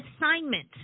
assignment